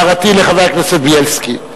הערתי לחבר הכנסת בילסקי,